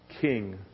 King